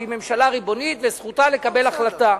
והיא ממשלה ריבונית וזכותה לקבל החלטה.